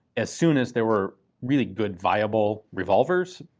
as soon as there were really good viable revolvers,